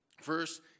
First